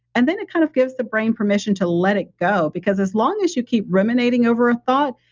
and then it kind of gives the brain permission to let it go because as long as you keep ruminating over a thought,